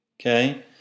okay